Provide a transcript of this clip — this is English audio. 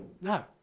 no